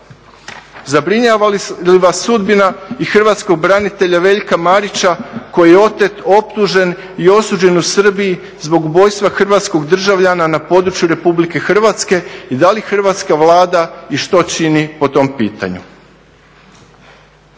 Zabrinjava li vas sudbina i hrvatskog branitelja Veljka Marića koji je otet, optužen i osuđen u Srbiji zbog ubojstva hrvatskog državljana na području Republike Hrvatske i da li hrvatska Vlada i što čini po tom pitanju?